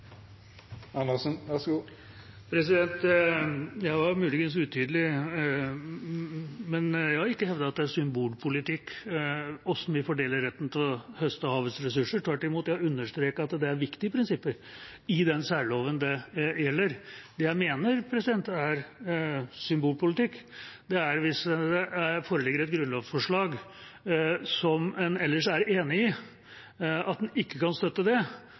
Andersen har hatt ordet to gonger tidlegare og får ordet til ein kort merknad, avgrensa til 1 minutt. Jeg var muligens utydelig, men jeg har ikke hevdet at det er symbolpolitikk hvordan vi fordeler retten til å høste av havets ressurser. Tvert imot har jeg understreket at det er viktige prinsipper i den særloven det gjelder. Det jeg mener er symbolpolitikk, er hvis det foreligger et grunnlovsforslag som en ellers er enig i, og en ikke kan støtte